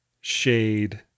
shade